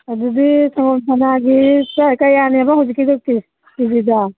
ꯑꯗꯨꯗꯤ ꯁꯪꯒꯣꯝ ꯁꯟꯅꯥꯒꯤ ꯁꯦ ꯀꯌꯥꯅꯦꯕ ꯍꯧꯖꯤꯛꯀꯤꯗꯣ ꯀꯦ ꯖꯤꯗ